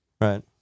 Right